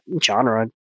genre